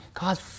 God